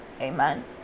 Amen